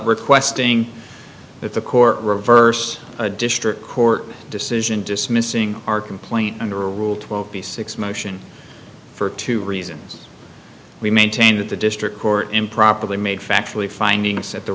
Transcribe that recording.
requesting that the court reverse a district court decision dismissing our complaint under rule twelve b six motion for two reasons we maintain that the district court improperly made factually findings that the